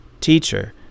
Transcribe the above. Teacher